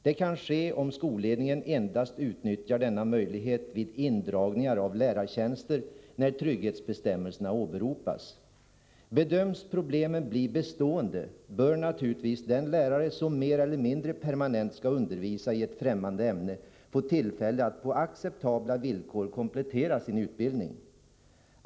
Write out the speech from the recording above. Det kan ske om skolledningen endast utnyttjar denna möjlighet vid indragningar av lärartjänster när trygghetsbestämmelserna åberopas. Bedöms problemen bli bestående bör naturligtvis den lärare som mer eller mindre permanent skall undervisa i ett främmande ämne få tillfälle att på acceptabla villkor komplettera sin utbildning.